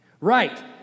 Right